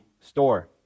store